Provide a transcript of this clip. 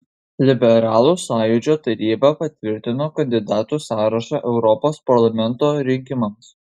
liberalų sąjūdžio taryba patvirtino kandidatų sąrašą europos parlamento rinkimams